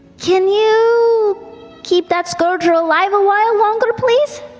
can you keep that scourger alive a while longer, please?